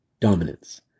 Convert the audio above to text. dominance